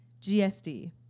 GSD